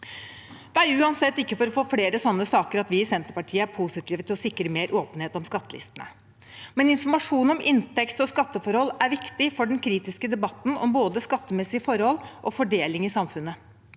Det er uansett ikke for å få flere sånne saker vi i Senterpartiet er positive til å sikre mer åpenhet om skattelistene. Informasjon om inntekts- og skatteforhold er viktig for den kritiske debatten om både skattemessige forhold og fordeling i samfunnet.